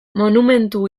monumentu